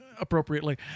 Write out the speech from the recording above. appropriately